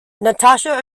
natasha